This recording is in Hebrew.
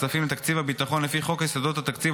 הכספים לתקציב הביטחון לפי חוק יסודות התקציב,